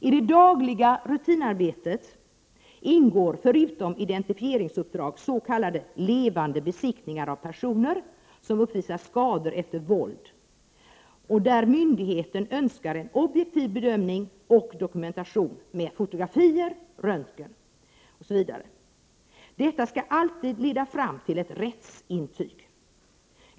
I det dagliga rutinarbetet ingår förutom identifieringsuppdragen s.k. levande besiktningar av personer som uppvisar skador efter våld, där myndigheten önskar en objektiv bedömning och dokumentation med fotografier, röntgen osv. Detta skall alltid leda fram till ett rättsintyg.